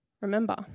remember